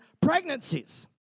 pregnancies